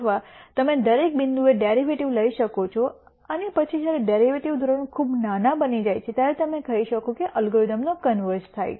અથવા તમે દરેક બિંદુએ ડેરિવેટિવ લઈ શકો છો અને પછી જ્યારે ડેરિવેટિવ ધોરણ ખૂબ નાનો થઈ જાય છે ત્યારે તમે કહી શકો છો કે અલ્ગોરિધમનો કન્વર્ઝ થાય છે